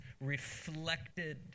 reflected